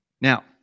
Now